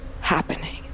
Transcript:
happening